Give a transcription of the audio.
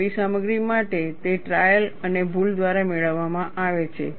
નવી સામગ્રી માટે તે ટ્રાયલ અને ભૂલ દ્વારા મેળવવામાં આવે છે